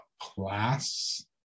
class